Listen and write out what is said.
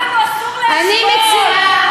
אני מציעה,